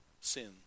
sin